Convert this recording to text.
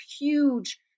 huge